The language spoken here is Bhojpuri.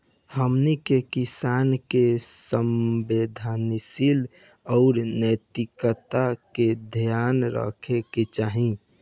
हमनी के किसान के संवेदनशीलता आउर नैतिकता के ध्यान रखे के चाही